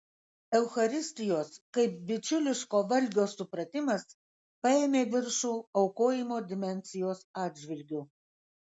eucharistijos kaip bičiuliško valgio supratimas paėmė viršų aukojimo dimensijos atžvilgiu